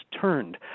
turned